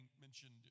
mentioned